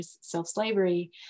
Self-Slavery